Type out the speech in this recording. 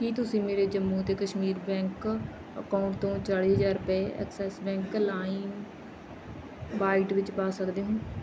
ਕੀ ਤੁਸੀਂ ਮੇਰੇ ਜੰਮੂ ਅਤੇ ਕਸ਼ਮੀਰ ਬੈਂਕ ਅਕਾਊਂਟ ਤੋਂ ਚਾਲੀ ਹਜ਼ਾਰ ਰੁਪਏ ਐਕਸਿਸ ਬੈਂਕ ਲਾਇਮ ਵਾਈਟ ਵਿੱਚ ਪਾ ਸਕਦੇ ਹੋ